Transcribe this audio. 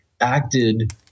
acted